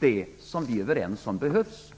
det vi är överens om behövs.